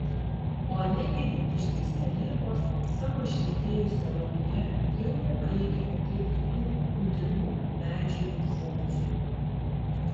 o negenint ištįsę liepos savo išretėjusia lapija jau nepajėgia atlikti tų būtinų medžiui funkcijų